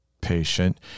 patient